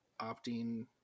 opting